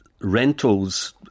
rentals